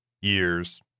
years